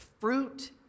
fruit